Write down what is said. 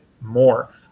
more